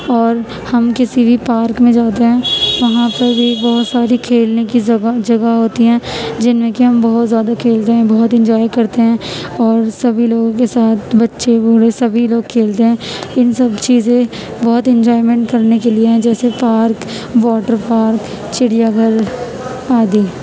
اور ہم کسی بھی پارک میں جاتے ہیں وہاں پر بھی بہت سارے کھیل کھیلنے کی جگہ ہوتی ہیں جن میں کہ ہم بہت زیادہ کھیلتے ہیں بہت انجوائے کرتے ہیں اور سبھی لوگوں کے ساتھ بچے بوڑھے سبھی لوگ کھیلتے ہیں ان سب چیزیں بہت انجوائیمنٹ کرنے کے لیے ہیں جیسے پارک واٹر پارک چڑیا گھر آدی